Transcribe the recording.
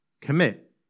commit